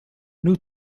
new